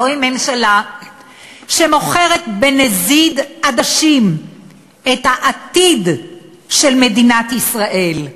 זו ממשלה שמוכרת בנזיד עדשים את העתיד של מדינת ישראל.